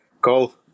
call